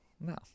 No